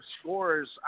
scores